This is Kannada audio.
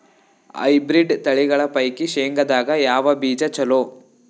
ಹೈಬ್ರಿಡ್ ತಳಿಗಳ ಪೈಕಿ ಶೇಂಗದಾಗ ಯಾವ ಬೀಜ ಚಲೋ?